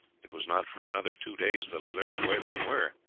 it was not for another two days that i learned where they were,